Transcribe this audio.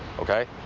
ok.